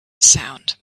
sound